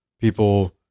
people